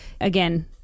again